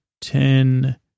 ten